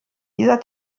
dieser